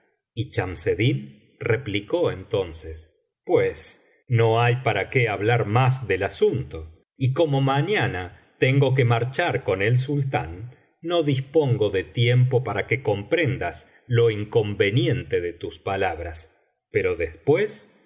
y chamseddin replicó entonces pues no hay para qué hablar más del asunto y como mañana tengo que marchar con el sultán no dispongo de tiempo para que comprendas lo inconveniente de tus palabras pero después ya